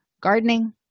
Gardening